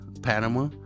Panama